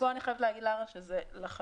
פה אני חייבת להגיד, לרה, שזה לחלוטין